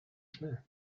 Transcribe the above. schnell